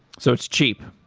so it's cheap.